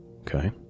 Okay